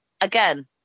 again